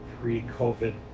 pre-COVID